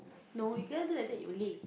no you cannot do like that only